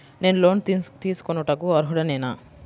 నేను లోన్ తీసుకొనుటకు అర్హుడనేన?